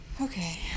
Okay